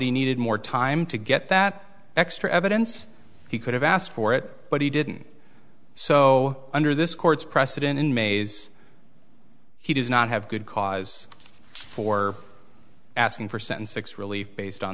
he needed more time to get that extra evidence he could have asked for it but he didn't so under this court's precedent in mays he does not have good cause for asking for sensex relief based on